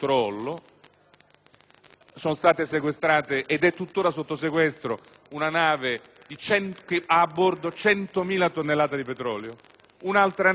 (sono state sequestrate ed è tuttora sotto sequestro una nave con a bordo 100.000 tonnellate di petrolio, un'altra nave con a bordo